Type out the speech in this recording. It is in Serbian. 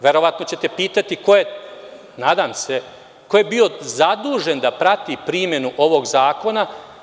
Verovatno ćete pitati, nadam se, ko je bio zadužen da prati primenu ovog zakona?